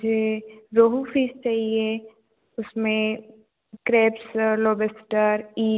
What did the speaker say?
मुझे रोहू फ़िश चाहिए उसमें क्रैब्स लोबेस्टर ईच